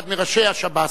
אחד מראשי השב"ס,